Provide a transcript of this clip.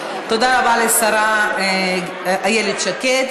תודה רבה לשרה איילת שקד.